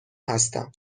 هستم